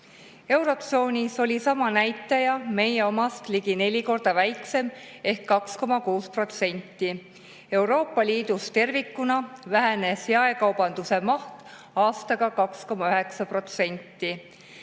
Eurotsoonis oli sama näitaja meie omast ligi neli korda väiksem ehk 2,6%. Euroopa Liidus tervikuna vähenes jaekaubanduse maht aastaga 2,9%.